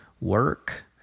work